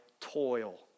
toil